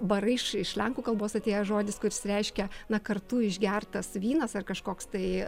baryš iš lenkų kalbos atėjęs žodis kuris reiškia na kartu išgertas vynas ar kažkoks tai